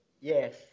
yes